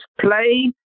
play